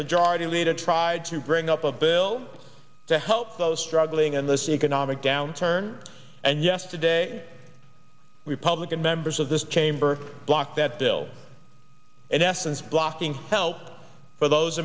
majority leader tried to bring up a bill to help those struggling in this economic downturn and yesterday republican members of this chamber blocked that bill in essence blocking help for those